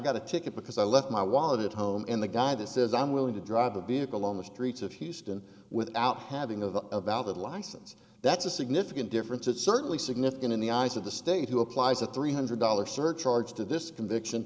got a ticket because i left my wallet at home and the guy that says i'm willing to drive a vehicle on the streets of houston without having a valid license that's a significant difference it's certainly significant in the eyes of the state who applies a three hundred dollars surcharge to this conviction